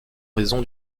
raison